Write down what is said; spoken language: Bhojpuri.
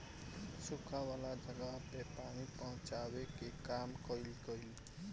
सुखा वाला जगह पे पानी पहुचावे के काम कइल गइल